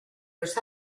los